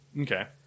Okay